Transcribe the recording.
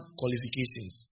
qualifications